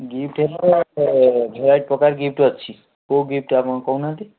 gift ହେଲା variety ପ୍ରକାର gift ଅଛି କେଉଁ ଗିପ୍ଟ୍ ଆପଣ କହୁ ନାହାନ୍ତି